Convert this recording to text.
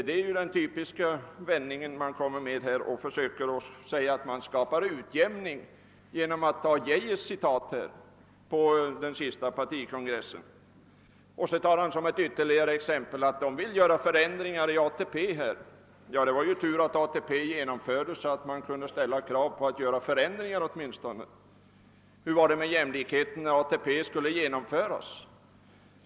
Det är ju den typiska vändningen, när det gäller att skapa utjämning, att man tar citat ur vad Geijer har sagt på den senaste partikongressen. Sedan tar herr Fälldin upp som ett ytterligare exempel att man vill göra förändringar i ATP. Det var ju tur att socialdemokraterna genomförde ATP, så att man kunde ställa krav på att göra förändringar åtminstone. Hur var det med jämlikheten, när ATP skulle genomföras?